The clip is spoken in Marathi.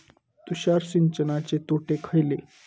तुषार सिंचनाचे तोटे खयले?